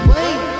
Wait